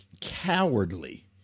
cowardly